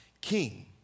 king